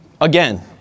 again